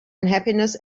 unhappiness